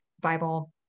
Bible